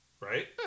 Right